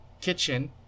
kitchen